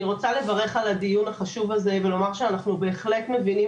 אני רוצה לברך על הדיון החשוב הזה ולומר שאנחנו בהחלט מבינים